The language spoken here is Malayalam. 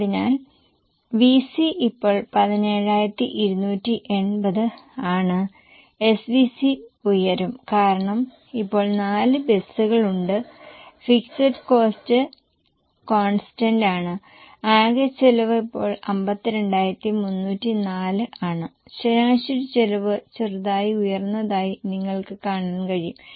അതിനാൽ VC ഇപ്പോൾ 17280 ആണ് SVC ഉയരും കാരണം ഇപ്പോൾ 4 ബസുകൾ ഉണ്ട് ഫിക്സഡ് കോസ്ററ് കോൺസ്റ്റന്റാണ് ആകെ ചെലവ് ഇപ്പോൾ 52304 ആണ് ശരാശരി ചെലവ് ചെറുതായി ഉയർന്നതായി നിങ്ങൾക്ക് കാണാൻ കഴിയും